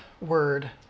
word